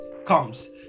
comes